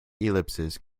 ellipses